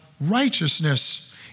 righteousness